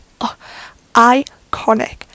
Iconic